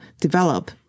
develop